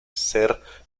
ser